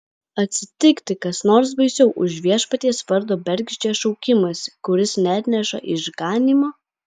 atsitikti kas nors baisiau už viešpaties vardo bergždžią šaukimąsi kuris neatneša išganymo